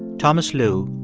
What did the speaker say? thomas lu,